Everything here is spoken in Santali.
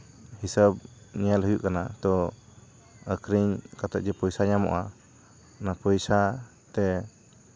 ᱦᱤᱥᱟᱹᱵ ᱧᱮᱞ ᱦᱩᱭᱩᱜ ᱠᱟᱱᱟ ᱛᱚ ᱟᱠᱷᱨᱤᱧ ᱠᱟᱛᱮ ᱡᱮ ᱯᱚᱭᱥᱟ ᱧᱟᱢᱚᱜᱼᱟ ᱚᱱᱟ ᱯᱚᱭᱥᱟ ᱛᱮ